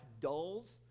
dulls